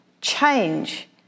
change